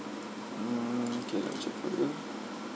mm okay let me check for you